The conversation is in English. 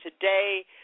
today